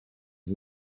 des